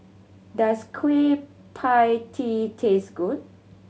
does Kueh Pie Tee taste good